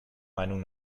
meinung